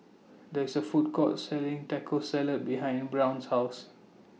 There IS A Food Court Selling Taco Salad behind Brown's House